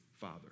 father